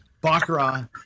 Baccarat